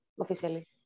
officially